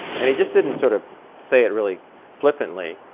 and he just didn't sort of say it really flippantly.